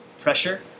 pressure